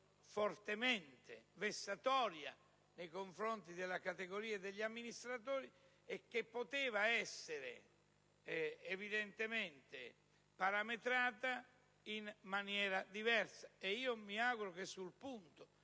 fortemente vessatoria nei confronti della categoria degli amministratori, e che poteva essere parametrata in maniera diversa. Mi auguro che, su detto